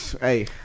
Hey